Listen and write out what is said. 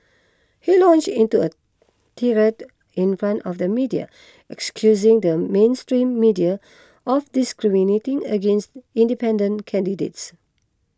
he launched into a tirade in front of the media excusing the mainstream media of discriminating against independent candidates